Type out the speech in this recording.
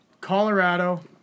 Colorado